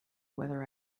whether